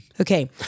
Okay